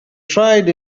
tried